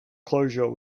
closure